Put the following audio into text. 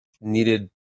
needed